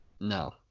No